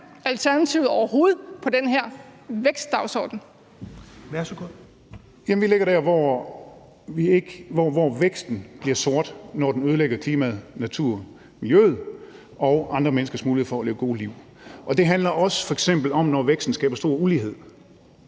Petersen) : Værsgo. Kl. 19:12 Torsten Gejl (ALT) : Jamen vi ligger der, hvor væksten bliver sort, når den ødelægger klimaet, naturen, miljøet og andre menneskers mulighed for at leve gode liv. Det handler f.eks. også om, når væksten skaber stor ulighed.